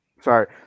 Sorry